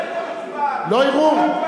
לא ערעור.